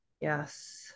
Yes